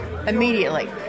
Immediately